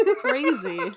crazy